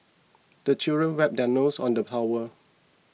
the children wipe their noses on the towel